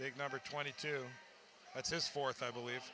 big number twenty two that's his fourth i believe